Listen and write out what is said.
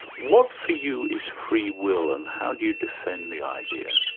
what for you is free will, and how do you defend the idea?